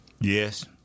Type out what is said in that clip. Yes